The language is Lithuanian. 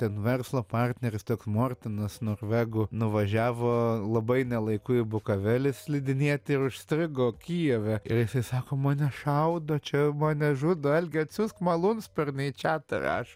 ten verslo partneris toks mortinas norvegų nuvažiavo labai ne laiku į bukavelį slidinėti ir užstrigo kijeve ir sako mane šaudo čia mane žudo algi atsiųsk malūnsparnį į čiatą rašo